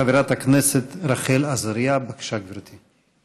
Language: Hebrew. חברת הכנסת רחל עזריה, בבקשה, גברתי.